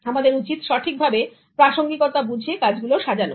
আমাদের উচিৎ সঠিকভাবে প্রাসঙ্গিকতা বুঝে কাজ গুলো সাজানো